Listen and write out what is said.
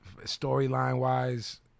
Storyline-wise